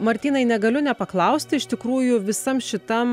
martynai negaliu nepaklausti iš tikrųjų visam šitam